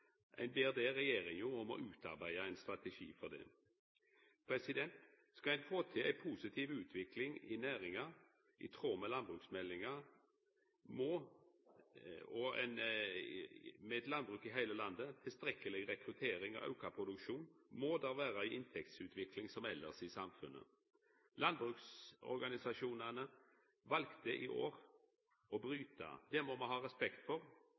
ein ber regjeringa om å utarbeida ein strategi for det. Skal ein få til ei positiv utvikling i næringa i tråd med landbruksmeldinga, med eit landbruk i heile landet, tilstrekkeleg rekruttering og auka produksjon, må det vera ei inntektsutvikling som elles i samfunnet. Landbruksorganisasjonane valde i år å bryta. Det må me ha respekt for.